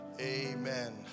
Amen